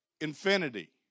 infinity